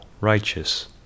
righteous